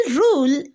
rule